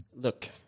look